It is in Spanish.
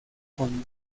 con